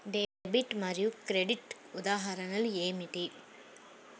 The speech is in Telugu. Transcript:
డెబిట్ మరియు క్రెడిట్ ఉదాహరణలు ఏమిటీ?